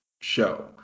show